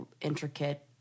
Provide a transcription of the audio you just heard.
intricate